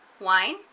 wine